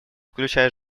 включая